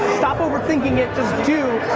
stop over-thinking it, just do.